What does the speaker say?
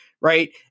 Right